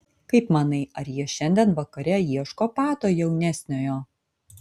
kaip manai ar jie šiandien vakare ieško pato jaunesniojo